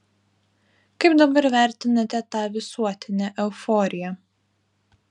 kaip dabar vertinate tą visuotinę euforiją